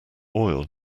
oil